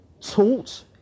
taught